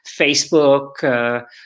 Facebook